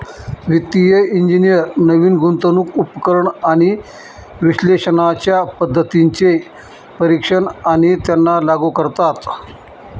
वित्तिय इंजिनियर नवीन गुंतवणूक उपकरण आणि विश्लेषणाच्या पद्धतींचे परीक्षण आणि त्यांना लागू करतात